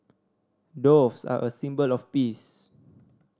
doves are a symbol of peace